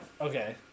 Okay